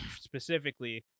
specifically